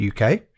UK